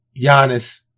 Giannis